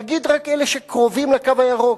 נגיד רק אלה שקרובים ל"קו הירוק",